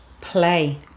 play